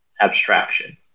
abstraction